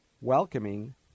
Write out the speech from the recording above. welcoming